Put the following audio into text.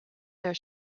their